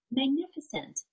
magnificent